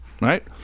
right